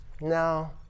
no